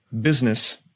business